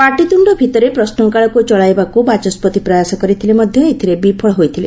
ପାଟିତୁଣ୍ଡ ଭିତରେ ପ୍ରଶ୍ନକାଳକୁ ଚଳାଇବାକୁ ବାଚସ୍କତି ପ୍ରୟାସ କରିଥିଲେ ମଧ୍ୟ ଏଥିରେ ବିଫଳ ହୋଇଥିଲେ